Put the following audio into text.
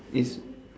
is